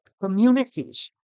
communities